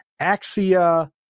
Axia